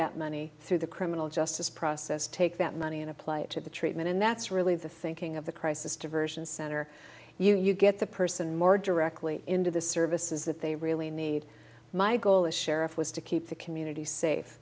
that money through the criminal justice process take that money and apply it to the treatment and that's really the thinking of the crisis diversion center you get the person more directly into the services that they really need my goal is sheriff was to keep the community safe